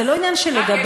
זה לא עניין של לדבר,